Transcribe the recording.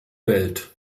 welt